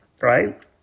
Right